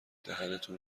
دهنتون